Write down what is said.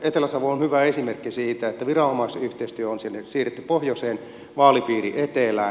etelä savo on hyvä esimerkki siitä että viranomaisyhteistyö on siirretty pohjoiseen vaalipiiri etelään